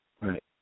Right